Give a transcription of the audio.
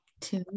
Two